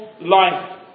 life